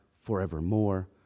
forevermore